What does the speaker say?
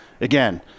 Again